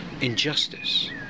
injustice